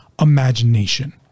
imagination